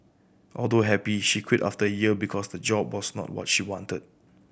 although happy she quit after a year because the job was not what she wanted